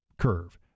curve